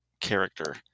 character